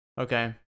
okay